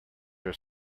are